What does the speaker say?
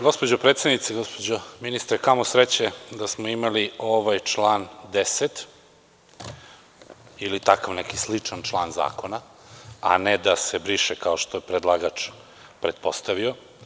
Gospođo predsednice, gospođo ministre, kamo sreće da smo imali ovaj član 10. ili takav neki sličan član zakona, a ne da se briše, kao što je predlagač pretpostavio.